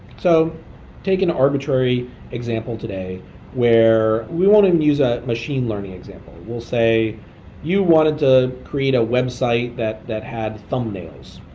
so taking an arbitrary example today where we wanted to and use a machine learning example. we'll say you wanted to create a website that that had thumbnails